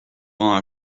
rend